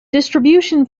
distribution